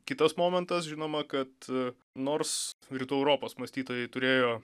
kitas momentas žinoma kad nors rytų europos mąstytojai turėjo